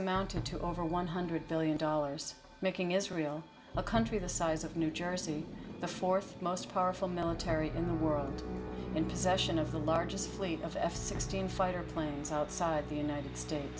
amounted to over one hundred billion dollars making israel a country the size of new jersey the fourth most powerful military in the world in possession of the largest fleet of f sixteen fighter planes outside the united states